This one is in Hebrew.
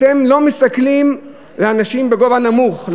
אתם לא מסתכלים לאנשים בגובה נמוך,